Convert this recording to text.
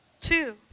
two